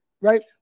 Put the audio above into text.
right